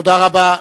תודה רבה.